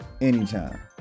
Anytime